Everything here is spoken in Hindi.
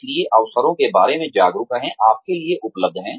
इसलिए अवसरों के बारे में जागरूक रहें आपके लिए उपलब्ध हैं